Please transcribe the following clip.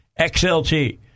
XLT